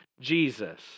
Jesus